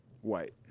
White